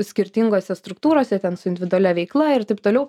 skirtingose struktūrose ten su individualia veikla ir taip toliau